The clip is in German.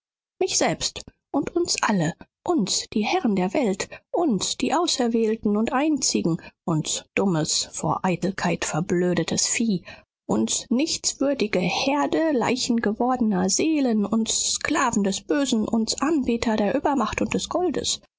mich selbst und uns alle uns die herren der welt uns die auserwählten und einzigen uns dummes vor eitelkeit verblödetes vieh uns nichtswürdige herde leichengewordener seelen uns sklaven des bösen uns anbeter der übermacht und des goldes